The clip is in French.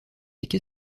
qu’est